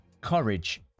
courage